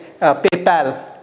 PayPal